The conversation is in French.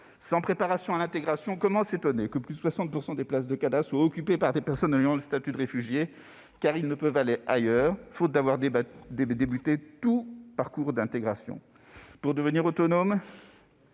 Sans préparation à l'intégration, comment s'étonner que plus de 60 % des places de CADA soient occupées par des personnes ayant le statut de réfugié, qui ne peuvent aller ailleurs, faute d'avoir commencé un parcours d'intégration pour devenir autonomes ?